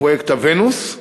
בפרויקט הוונוס,